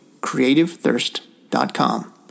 CreativeThirst.com